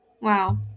wow